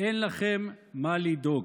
אין לכם מה לדאוג".